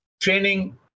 training